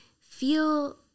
feel